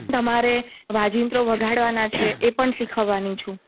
તમારે વાજીંત્રો વગાડવાના છે એ પણ શીખવવાની છું